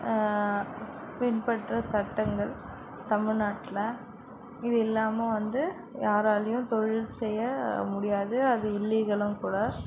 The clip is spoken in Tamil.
பின்பற்ற சட்டங்கள் தமிழ்நாட்டில் இது இல்லாமல் வந்து யாராலேயும் தொழில் செய்ய முடியாது அது இல்லீகலும்கூட